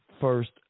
first